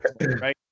Right